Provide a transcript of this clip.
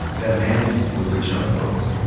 that man was rayshard brooks,